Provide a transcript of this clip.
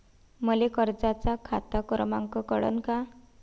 मले कर्जाचा खात क्रमांक कळन का?